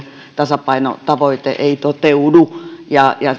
tasapainotavoite ei toteudu ja jossa